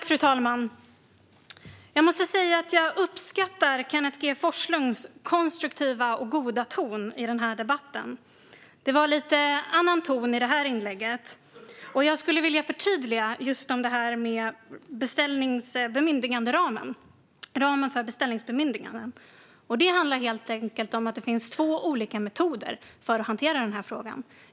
Fru talman! Jag måste säga att jag uppskattar Kenneth G Forslunds konstruktiva och goda ton i debatten. Det var en lite annan ton i Yasmine Posios inlägg. Jag skulle vilja förtydliga lite när det gäller ramen för beställningsbemyndiganden. Det handlar helt enkel om att det finns två olika metoder för att hantera frågan.